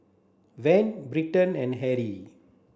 Van Britton and Harry